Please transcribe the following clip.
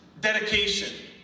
dedication